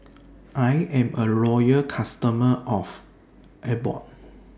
I Am A Loyal customer of Abbott